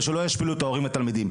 ושלא ישפילו את ההורים והתלמידים.